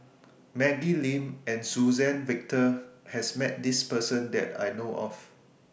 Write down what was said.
Maggie Lim and Suzann Victor has Met This Person that I know of